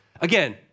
Again